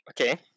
Okay